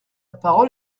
parole